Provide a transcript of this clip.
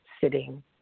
sitting